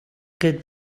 гээд